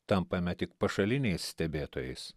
tampame tik pašaliniais stebėtojais